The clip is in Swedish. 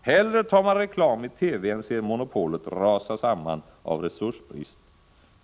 Hellre tar man reklam i TV än ser monopolet rasa samman av resursbrist.